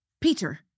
Peter